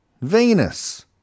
Venus